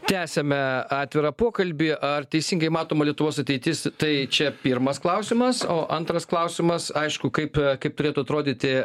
tęsiame atvirą pokalbį ar teisingai matoma lietuvos ateitis tai čia pirmas klausimas o antras klausimas aišku kaip kaip turėtų atrodyti